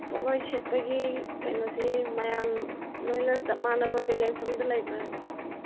ꯄꯣꯠꯂꯣꯏ ꯁꯦꯠꯄꯒꯤ ꯀꯩꯅꯣꯁꯤ ꯃꯌꯥꯝ ꯂꯣꯏꯅ ꯆꯞ ꯃꯥꯅꯕ ꯕꯦꯂꯦꯟꯁ ꯑꯃꯗ ꯂꯩꯕ꯭ꯔ ꯍꯥꯏꯕ